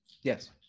Yes